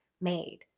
made